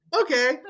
okay